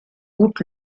gut